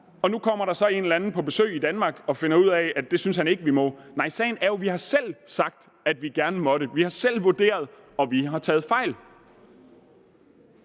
og nu kommer der så en eller anden på besøg i Danmark og finder ud af, at det synes han ikke vi må. Nej, sagen er jo, at vi selv har sagt, at vi gerne måtte. Vi har selv vurderet det, og vi har taget fejl.